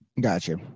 Gotcha